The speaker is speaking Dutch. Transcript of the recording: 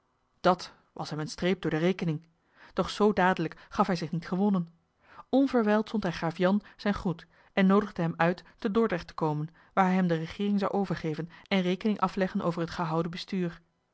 dat was hem eene streep door de rekening doch zoo dadelijk gaf hij zich niet gewonnen onverwijld zond hij graaf jan zijn groet en noodigde hem uit te dordrecht te komen waar hij hem de regeering zou overgeven en rekening afleggen over het gehouden bestuur